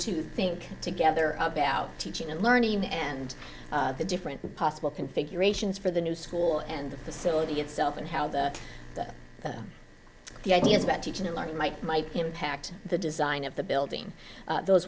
to think together about teaching and learning and the different possible configurations for the new school and the facility itself and how that the ideas about teaching and learning might might impact the design of the building those